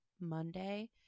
Monday